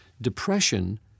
depression